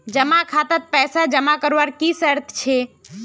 जमा खातात पैसा जमा करवार की शर्त छे?